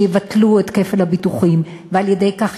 שיבטלו את כפל הביטוחים ועל-ידי כך